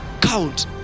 count